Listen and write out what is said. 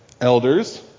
Elders